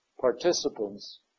participants